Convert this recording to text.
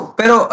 pero